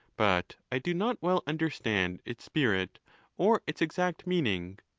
but i do not well understand its spirit or its exact meaning.